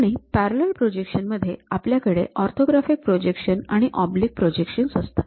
आणि parallel projection मध्ये आपल्याकडे ऑर्थोग्राफिक प्रोजेक्शन आणि ऑब्लिक प्रोजेक्शन्स असतात